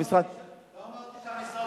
לא אמרתי שהמשרד קורס.